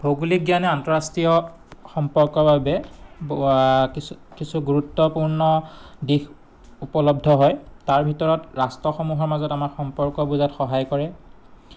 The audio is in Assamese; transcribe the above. ভৌগোলিক জ্ঞানে আন্তঃৰাষ্ট্ৰীয় সম্পৰ্কৰ বাবে কিছু কিছু গুৰুত্বপূৰ্ণ দিশ উপলব্ধ হয় তাৰ ভিতৰত ৰাষ্ট্ৰসমূহৰ মাজত আমাৰ সম্পৰ্ক বুজাত সহায় কৰে